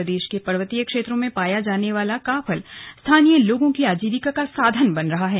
प्रदेश के पर्वतीय क्षेत्रों में पाया जाने वाला काफल स्थानीय लोगों की आजीविका का साधन बन रहा है